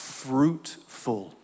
fruitful